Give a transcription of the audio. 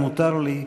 אם מותר לי,